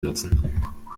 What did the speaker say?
nutzen